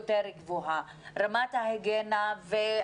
יותר גבוהה, רמת ההיגיינה פחותה.